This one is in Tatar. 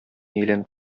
әйләнеп